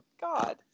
God